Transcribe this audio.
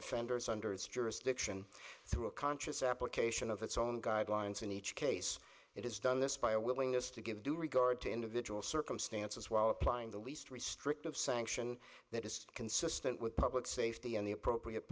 offenders under jurisdiction through a conscious application of its own guidelines in each case it is done this by a willingness to give due regard to individual circumstances while applying the least restrictive sanction that is consistent with public safety and the appropriate